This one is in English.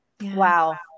wow